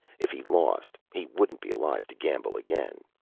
if he lost, he wouldn't be alive to gamble again.